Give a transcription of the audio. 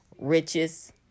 riches